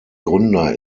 gründer